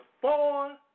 four